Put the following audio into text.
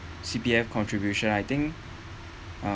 C_P_F contribution I think um